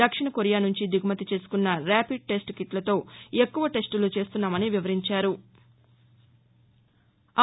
దక్షిణ కొరియా నుంచి దిగుమతి చేసుకున్న ర్యాపిడ్ టెస్ట్ కిట్లతో ఎక్కువ టెస్టులు చేస్తున్నామని వివరించారు